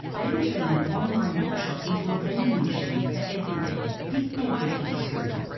they were turning an online book shop into a vending machine for everything the everything store